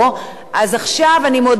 אז עכשיו אני מודיעה: